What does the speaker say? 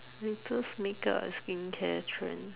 latest makeup and skincare trends